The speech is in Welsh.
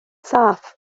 saff